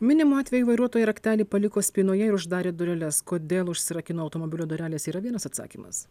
minimu atveju vairuotoja raktelį paliko spynoje ir uždarė dureles kodėl užsirakino automobilio durelės yra vienas atsakymas